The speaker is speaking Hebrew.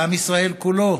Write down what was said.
לעם ישראל כולו,